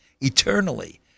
eternally